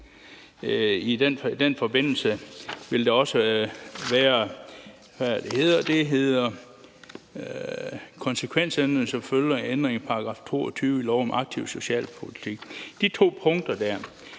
i den forbindelse vil der også være konsekvensændringer som følge af ændringen af § 22 i lov om aktiv socialpolitik. Inden